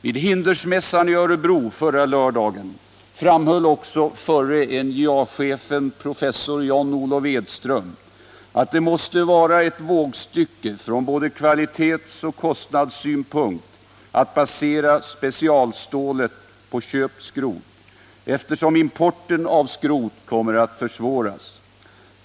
Vid Hindersmässan i Örebro förra lördagen framhöll också förre NJA-chefen, professor John Olof Edström, att det måste vara ett vågstycke från både kvalitetsoch kostnadssynpunkt att basera specialstålet på köpt skrot, eftersom importen av skrot kommer att försvåras.